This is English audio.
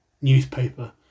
newspaper